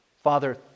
Father